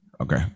Okay